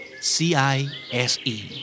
C-I-S-E